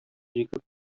җигеп